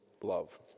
love